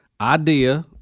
idea